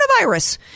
coronavirus